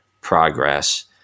progress